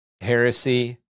heresy